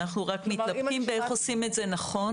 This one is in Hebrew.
אנחנו רק מתלבטים איך עושים את זה נכון.